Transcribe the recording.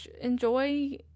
enjoy